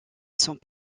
sans